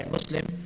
Muslim